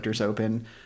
open